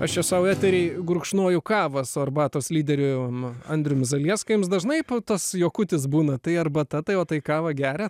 aš sau eteryje gurkšnoju kavą su arbatos lyderiu andriumi zalieską ims dažnai putas juokutis būna tai arbata tai o tai kavą geria